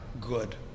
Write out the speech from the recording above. good